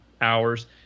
hours